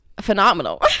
phenomenal